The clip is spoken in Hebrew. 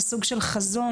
וסוג של חזון,